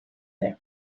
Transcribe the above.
ere